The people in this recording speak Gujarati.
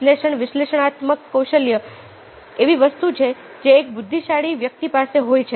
વિશ્લેષણ વિશ્લેષણાત્મક કૌશલ્ય એવી વસ્તુ છે જે એક બુદ્ધિશાળી વ્યક્તિ પાસે હોય છે